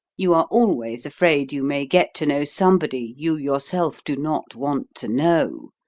you are always afraid you may get to know somebody you yourself do not want to know,